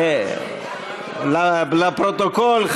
לפרוטוקול,